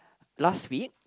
last week